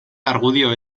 argudio